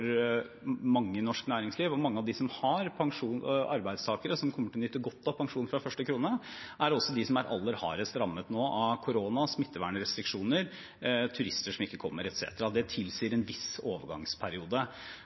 mange i norsk næringsliv, og mange av dem som har arbeidstakere som kommer til å nyte godt av pensjon fra første krone, er også dem som er aller hardest rammet nå av korona, smittevernrestriksjoner, turister som ikke kommer, etc. Det tilsier en viss overgangsperiode. For det